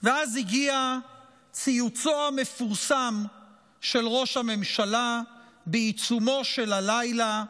ואז הגיע ציוצו המפורסם של ראש הממשלה בעיצומו של הלילה,